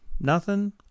Nothing